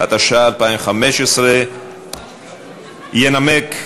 התשע"ה 2015. ינמק,